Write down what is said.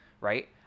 right